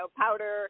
powder